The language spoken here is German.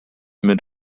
mit